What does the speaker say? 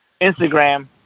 Instagram